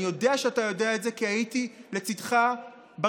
אני יודע שאתה יודע את זה כי הייתי לצידך ברחובות.